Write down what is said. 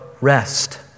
rest